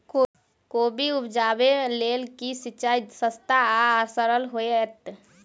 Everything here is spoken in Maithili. कोबी उपजाबे लेल केँ सिंचाई सस्ता आ सरल हेतइ?